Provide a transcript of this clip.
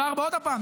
עוד פעם,